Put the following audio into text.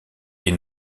est